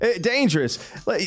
dangerous